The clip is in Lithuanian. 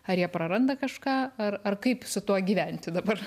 ar jie praranda kažką ar ar kaip su tuo gyventi dabar